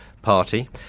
Party